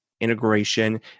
integration